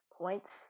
points